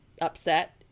upset